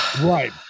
Right